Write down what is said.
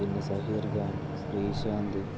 പിന്നെ സഹീർ ഖാൻ ശ്രീശാന്ത്